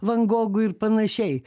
van gogui ir panašiai